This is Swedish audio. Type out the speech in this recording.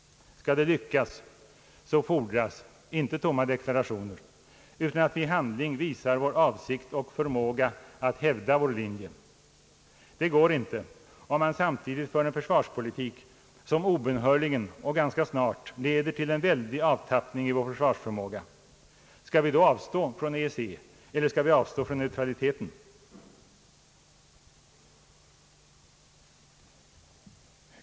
Skall det lyckas så fordras inte tomma deklarationer utan att vi i handling visar vår avsikt och förmåga att hävda vår linje. Det går inte, om man samtidigt för en försvarspolitik som obönhörligen och ganska snart leder till en väldig avtappning i vår försvarsförmåga. Skall vi avstå från EEC eller skall vi avstå från neutraliteten?